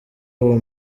ubu